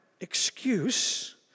excuse